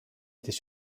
était